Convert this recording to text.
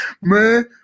Man